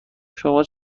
شما